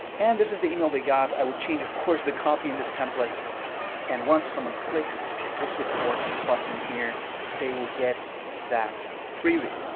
and this is the email they got. i would change, of course, the copy in this template and once someone clicks this report button here they will get that freebie.